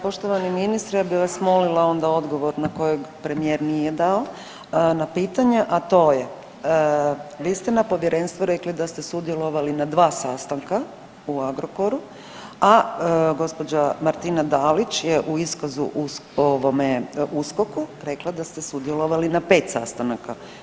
Poštovani ministre ja bi vas molila onda odgovor na kojeg premijer nije dao na pitanja, a to je vi ste na povjerenstvu rekli da ste sudjelovali na 2 sastanka u Agrokoru, a gospođa Martina Dalić je u iskazu ovome USKOK-u rekla da ste sudjelovali na 5 sastanaka.